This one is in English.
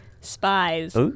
spies